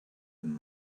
and